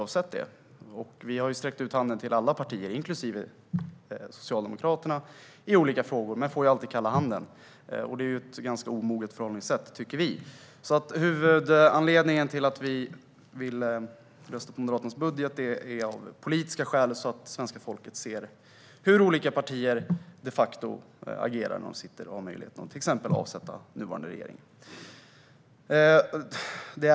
Vi har sträckt ut handen till alla partier, inklusive Socialdemokraterna, i olika frågor, men vi får alltid kalla handen. Detta tycker vi är ett ganska omoget förhållningssätt. Huvudanledningen till att vi vill rösta på Moderaternas budget är politisk, så att svenska folket ser hur olika partier de facto agerar när de har möjlighet att till exempel avsätta den nuvarande regeringen.